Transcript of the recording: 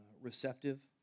receptive